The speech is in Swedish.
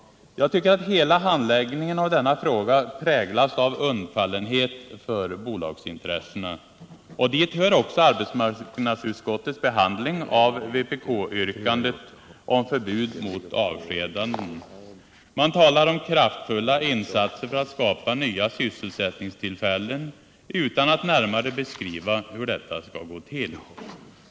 Jag tycker att hela handläggningen av denna fråga präglas av undfallenhet för bolagsintressena. Dit hör också arbetsmarknadsutskottets behandling av vpk-yrkandet om förbud mot avskedanden. Man talar om kraftfulla insatser för att skapa nya sysselsättningstillfällen utan att närmare beskriva hur detta skall gå till.